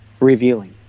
revealing